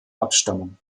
abstammung